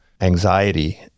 anxiety